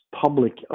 public